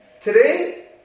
Today